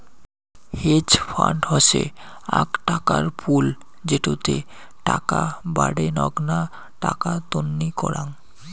hedge fund হসে আক টাকার পুল যেটোতে টাকা বাডেনগ্না টাকা তন্নি করাং